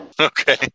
Okay